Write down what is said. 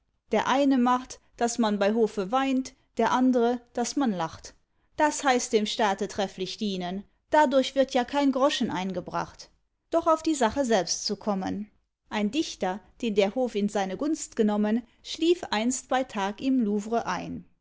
der eine macht daß man bei hofe weint der andre daß man lacht das heißt dem staate trefflich dienen dadurch wird ja kein groschen eingebracht doch auf die sache selbst zu kommen ein dichter den der hof in seine gunst genommen schlief einst bei tag im louvre ein